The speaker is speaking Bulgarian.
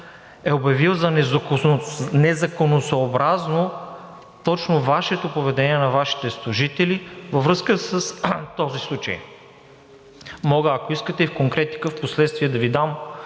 е обявил за незаконосъобразно точно Вашето поведение, на Вашите служители във връзка с този случай. Мога, ако искате, и в конкретика впоследствие да Ви дам